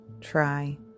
try